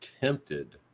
tempted